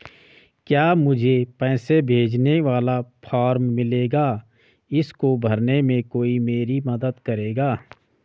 क्या मुझे पैसे भेजने वाला फॉर्म मिलेगा इसको भरने में कोई मेरी मदद करेगा?